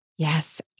Yes